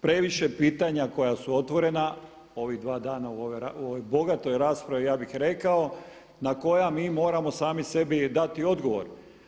previše pitanja koja su otvorena ovih dva dana u ovoj bogatoj raspravi ja bih rekao na koja mi moramo sami sebi dati odgovor.